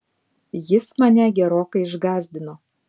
jis mane gerokai išgąsdino